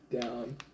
down